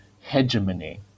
hegemony